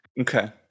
Okay